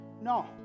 No